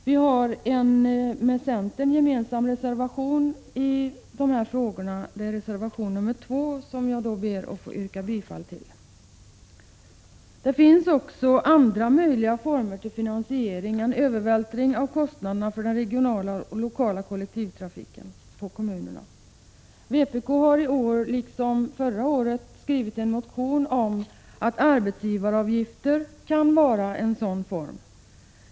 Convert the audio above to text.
Vi har en med centern gemensam reservation i de här frågorna. Det är reservation nr 2, som jag ber att få yrka bifall till. Det finns också andra möjliga former till finansiering än övervältring av kostnaderna för den regionala och lokala kollektivtrafiken på kommunerna. Vpk hari år liksom förra året skrivit en motion om att arbetsgivaravgifter kan vara en sådan form.